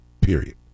period